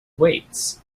weights